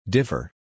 Differ